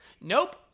Nope